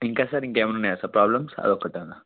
ఇంకా సార్ ఇంకా ఏమన్న ఉన్నాయా ప్రాబ్లమ్స్ అది ఒకటేనా